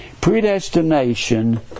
predestination